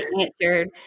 answered